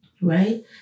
right